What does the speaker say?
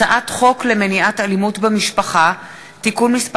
הצעת חוק למניעת אלימות במשפחה (תיקון מס'